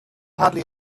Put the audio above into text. hardly